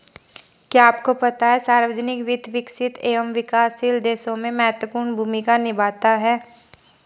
क्या आपको पता है सार्वजनिक वित्त, विकसित एवं विकासशील देशों में महत्वपूर्ण भूमिका निभाता है?